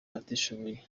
abatishoboye